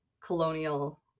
colonial